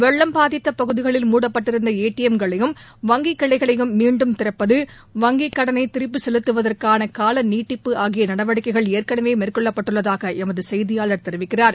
வெள்ளம் பாதித்த பகுதிகளில் மூடப்பட்டிருந்த ஏடிஎம் களையும் வங்கி கிளைகளையும் மீண்டும் திறப்பது வங்கிக் கடனை திருப்பி செலுத்துவதற்காள கால நீட்டிப்பு ஆகிய நடவடிக்கைகள் ஏற்கனவே மேற்கொள்ளப்பட்டுள்ளதாக எமது செய்தியாளர் தெரிவிக்கிறார்